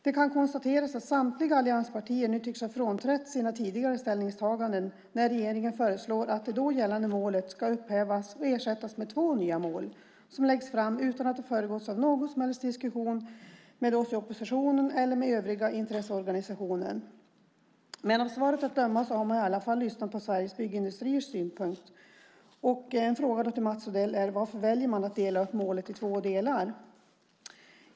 Det kan konstateras att samtliga allianspartier nu tycks ha frånträtt sina tidigare ställningstaganden när regeringen föreslår att det då gällande målet ska upphävas och ersättas med två nya mål, som läggs fram utan att de har föregåtts av någon som helst diskussion med oss i oppositionen eller med övriga intresseorganisationer. Av svaret att döma har man i alla fall lyssnat på synpunkter från Sveriges Byggindustrier. Varför väljer man att dela upp målet i två delar?